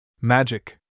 Magic